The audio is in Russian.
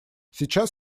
сейчас